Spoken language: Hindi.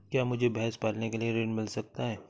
क्या मुझे भैंस पालने के लिए ऋण मिल सकता है?